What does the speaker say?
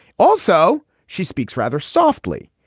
also, she speaks rather softly.